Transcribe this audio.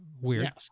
weird